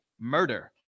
murder